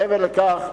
מעבר לכך,